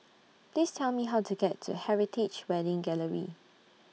Please Tell Me How to get to Heritage Wedding Gallery